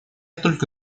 только